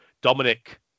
Dominic